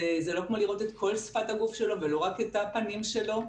זה לא כמו לראות את כל שפת הגוף שלו ולא רק את הפנים שלו.